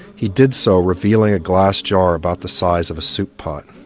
he did so, revealing a glass jar about the size of a soup pot,